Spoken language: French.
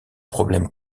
problème